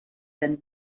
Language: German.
dann